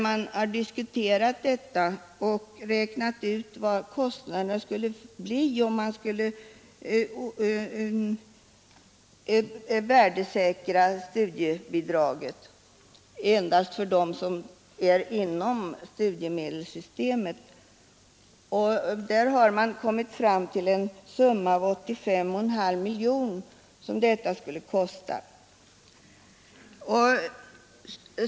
Man har där räknat fram att kostnaderna för en värdesäkring av studiebidraget enbart för den del som är inom studiemedelssystemet skulle uppgå till 85,5 miljoner kronor.